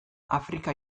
afrika